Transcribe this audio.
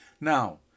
Now